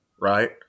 right